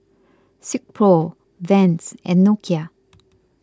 Silkpro Vans and Nokia